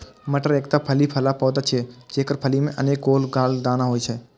मटर एकटा फली बला पौधा छियै, जेकर फली मे अनेक गोल गोल दाना होइ छै